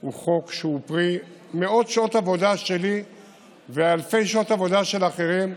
הוא חוק שהוא פרי מאות שעות עבודה שלי ואלפי שעות עבודה של אחרים,